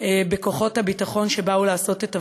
בכוחות הביטחון שבאו לעשות את עבודתם,